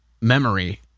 memory